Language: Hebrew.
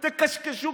תקשקשו.